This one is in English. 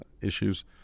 issues